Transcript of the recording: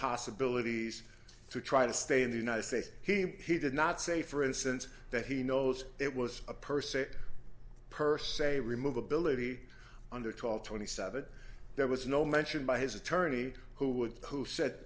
possibilities to try to stay in the united states he did not say for instance that he knows it was a purse a purse a remove ability under twelve twenty seven there was no mention by his attorney who would who said